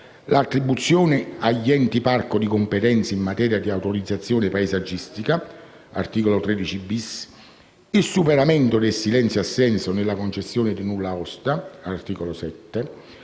l'attribuzione agli Enti parco di competenze in materia di autorizzazione paesaggistica (articolo 22); il superamento del silenzio assenso nella concessione dei nulla osta (articolo